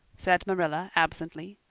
said marilla absently.